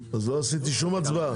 אז לא עשיתי שום הצבעה.